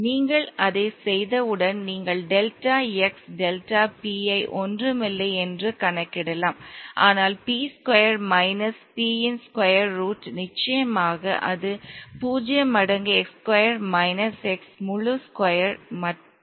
நீங்கள் அதைச் செய்தவுடன் நீங்கள் டெல்டா x டெல்டா p ஐ ஒன்றுமில்லை என்று கணக்கிடலாம் ஆனால் p ஸ்கொயர் மைனஸ் p இன் ஸ்கொயர் ரூட் நிச்சயமாக அது 0 மடங்கு x ஸ்கொயர் மைனஸ் x முழு ஸ்கொயர் என்று உங்களுக்குத் தெரியும்